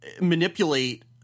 manipulate